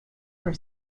for